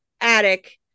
attic